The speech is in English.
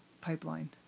pipeline